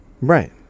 Right